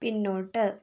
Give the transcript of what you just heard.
പിന്നോട്ട്